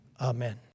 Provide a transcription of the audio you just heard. Amen